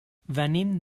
venim